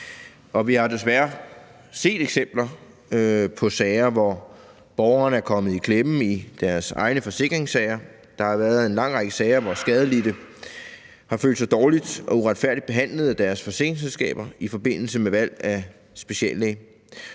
Vi har desværre set eksempler på sager, hvor borgerne er kommet i klemme i deres egne forsikringssager. Der har været en lang række sager, hvor skadelidte har følt sig dårligt og uretfærdigt behandlet af deres forsikringsselskaber i forbindelse med valg af speciallæge.